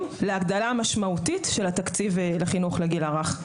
להגדלה משמעותית של התקציב לחינוך לגיל הרך.